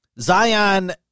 Zion